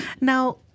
Now